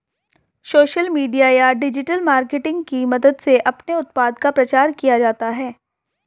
social media या digital marketing की मदद से अपने उत्पाद का प्रचार किया जाता है